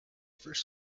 first